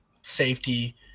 Safety